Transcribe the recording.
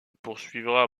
poursuivra